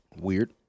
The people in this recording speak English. Weird